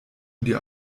dir